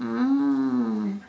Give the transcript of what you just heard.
mm